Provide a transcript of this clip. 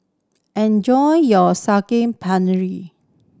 enjoy your